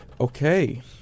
okay